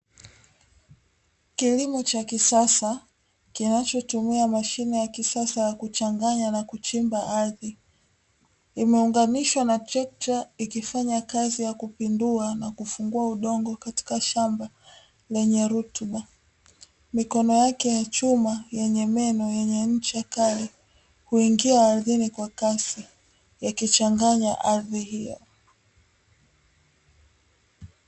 Kilimo cha kisasa, kinachotumia mashine ya kisasa ya kuchanganya na kuchimba ardhi. Imeunganishwa na trekta ikifanya kazi ya kupindua na kufungua udongo katika shamba lenye rutuba. Mikono yake ya chuma yenye meno yenye ncha kali huingia ardhini kwa kasi yakichanganya ardhi hiyo.